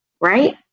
Right